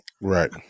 Right